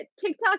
tiktok